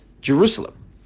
Jerusalem